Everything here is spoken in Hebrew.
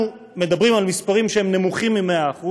מדברים על מספרים שהם נמוכים מ-100%,